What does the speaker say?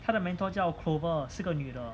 他的 mentor 叫 clover 是个女的